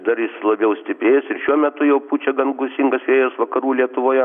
dar labiau stiprės ir šiuo metu jau pučia gan gūsingas vėjas vakarų lietuvoje